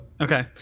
okay